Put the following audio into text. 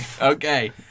Okay